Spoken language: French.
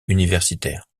universitaires